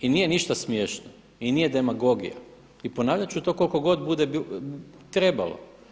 I nije ništa smiješno i nije demagogija, i ponavljat ću to koliko god bude trebalo.